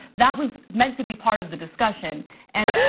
that was meant to be part of the discussion and